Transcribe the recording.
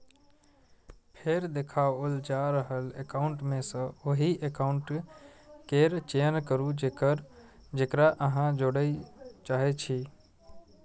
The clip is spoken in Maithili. फेर देखाओल जा रहल एकाउंट मे सं ओहि एकाउंट केर चयन करू, जेकरा अहां जोड़य चाहै छी